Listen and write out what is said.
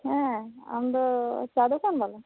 ᱦᱮᱸ ᱟᱢ ᱫᱚ ᱪᱟ ᱫᱚᱠᱟᱱ ᱵᱟᱞᱟ